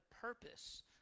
purpose